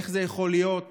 איך זה יכול להיות